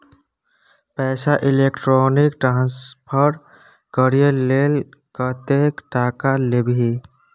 पैसा electronic transfer करय लेल कतेक टका लेबही